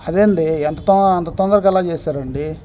అదే అండి ఎంత తొం అంత తొందరగా ఎలా చేసారండి